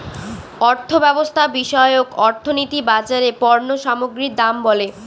অর্থব্যবস্থা বিষয়ক অর্থনীতি বাজারে পণ্য সামগ্রীর দাম বলে